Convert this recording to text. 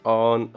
on